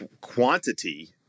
quantity